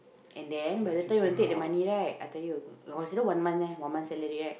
and then by the time you want take the money right I tell you consider one month eh one month salary right